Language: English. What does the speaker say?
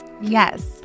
yes